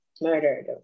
murdered